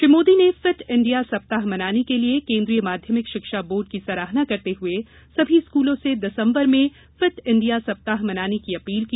श्री मोदी ने fit India सप्ताह मनाने के लिये केन्द्रीय माध्यमिक शिक्षा बोर्ड की सराहना करते हुए सभी स्कूलों से दिसम्बर में फिट इंडिया सप्ताह मनाने की अपील की